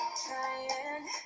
trying